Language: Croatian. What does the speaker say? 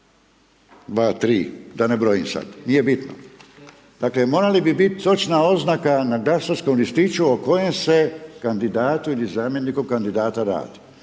3 da ne brojim sad, nije bitno. Dakle morala bi biti točna oznaka na glasačkom listiću o kojem se kandidatu ili zamjeniku kandidata radi.